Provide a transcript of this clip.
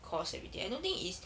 cost everything I don't think is